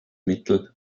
mittel